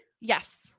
Yes